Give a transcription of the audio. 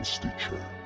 Stitcher